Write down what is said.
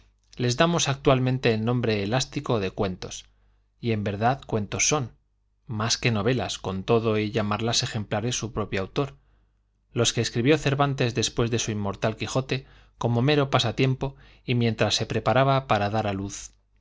les damos actualmente el nombre elás tico de cuentos y en v erdad cuentos son más que novelas con todo y llamarlas ejempl ares su propio autor los que escribió cervantes después de su inmortal quijote como mero pasatiempo y mientras se preparaba para dar él luz